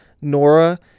Nora